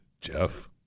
Jeff